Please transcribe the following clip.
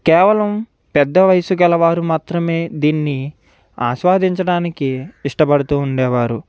కేవలం పెద్ద వయస్సు గలవారు మాత్రమే దీన్ని ఆశ్వాదించటానికి ఇష్టపడుతూ ఉండేవారు